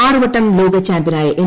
ആറുവട്ടം ലോക ചാമ്പ്യനായ എം